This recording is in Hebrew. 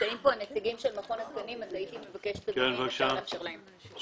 נמצאים פה נציגים של מכון התקנים אז הייתי מבקשת לאפשר להם להתייחס.